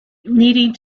needing